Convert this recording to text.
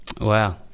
wow